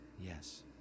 Yes